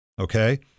Okay